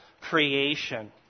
creation